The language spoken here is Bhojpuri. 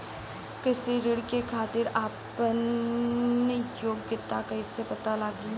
कृषि ऋण के खातिर आपन योग्यता कईसे पता लगी?